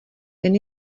ten